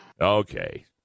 Okay